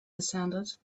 descended